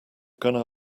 gonna